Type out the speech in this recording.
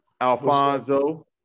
Alfonso